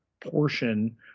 portion